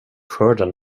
skörden